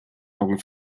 augen